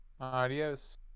adios